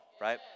right